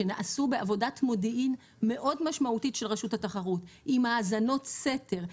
שנעשו בעבודת מודיעין מאוד משמעותית של רשות התחרות עם האזנות סתר,